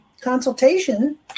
consultation